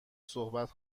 صحبت